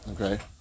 Okay